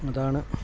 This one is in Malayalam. അതാണ്